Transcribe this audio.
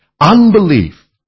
Unbelief